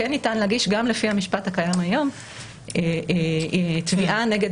כן ניתן להגיש גם לפי המשפט הקיים היום תביעה נגד